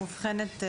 מאובחנת,